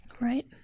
Right